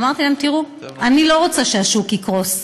אמרתי להם: תראו, אני לא רוצה שהשוק יקרוס.